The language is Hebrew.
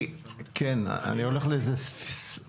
אך צריך לשפץ,